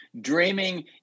Dreaming